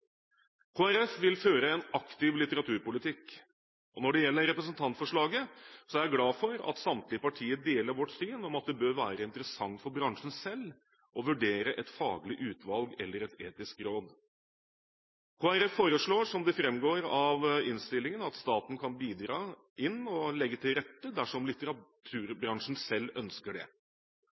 vil føre en aktiv litteraturpolitikk, og når det gjelder representantforslaget, er jeg glad for at samtlige partier deler vårt syn om at det bør være interessant for bransjen selv å vurdere et faglig utvalg eller et etisk råd. Kristelig Folkeparti foreslår, som det framgår av innstillingen, at staten kan bidra og legge til rette dersom litteraturbransjen selv ønsker det.